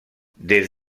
des